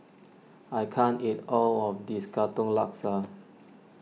I can't eat all of this Katong Laksa